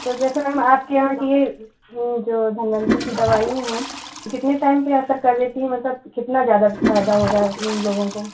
तो जैसे मैम आपके यहाँ की ये जो धन्वंतरि की दवाइयाँ हैं वो कितने टाइम पे असर कर देती हैं मतलब कितना ज़्यादा फ़ायदा हो रहा है लोगों को